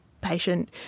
patient